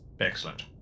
Excellent